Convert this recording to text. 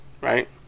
right